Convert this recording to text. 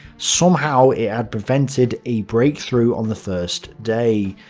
somehow it had prevented a breakthrough on the first day,